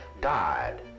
died